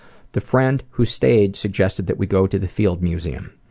the friend who stayed suggested that we go to the field museum.